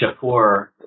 Shapur